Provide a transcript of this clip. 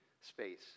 space